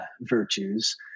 virtues